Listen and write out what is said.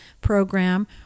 program